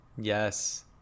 Yes